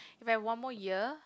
if I have one more year